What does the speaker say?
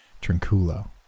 Trinculo